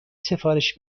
سفارش